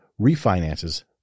refinances